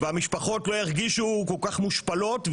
והמשפחות לא ירגישו כל כך מושפלות,